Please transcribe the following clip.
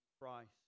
Christ